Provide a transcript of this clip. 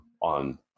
on